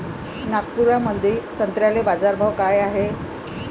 नागपुरामंदी संत्र्याले बाजारभाव काय हाय?